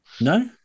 No